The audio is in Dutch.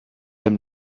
hem